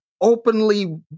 openly